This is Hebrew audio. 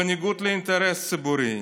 בניגוד לאינטרס הציבורי.